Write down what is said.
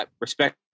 Respect